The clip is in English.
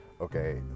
Okay